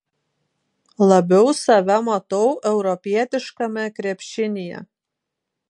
labiau save matau europietiškame krepšinyje